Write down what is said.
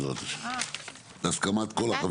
ולכן תראו כאן בשקפים חסמים.